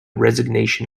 resignation